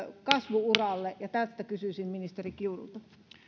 kasvu uralle ja tästä kysyisin ministeri kiurulta